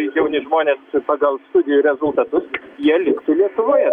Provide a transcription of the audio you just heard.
jauni žmonės pagal studijų rezultatus jie liktų lietuvoje